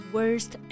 Worst